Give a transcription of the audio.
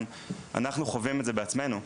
אנחנו חווים את זה בעצמנו,